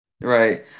Right